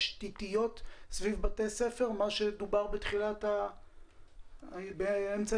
התשתיתיות סביב בתי הספר, כפי שדובר קודם לכן?